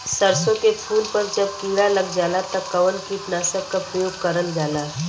सरसो के फूल पर जब किड़ा लग जाला त कवन कीटनाशक क प्रयोग करल जाला?